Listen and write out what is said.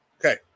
Okay